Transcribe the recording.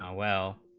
um well